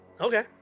Okay